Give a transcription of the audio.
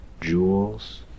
jewels